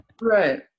Right